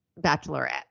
Bachelorette